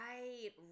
Right